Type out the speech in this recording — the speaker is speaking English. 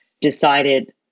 decided